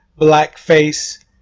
blackface